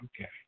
Okay